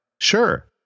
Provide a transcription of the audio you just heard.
Sure